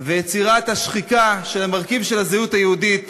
ויצירת השחיקה של המרכיב של הזהות היהודית